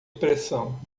pressão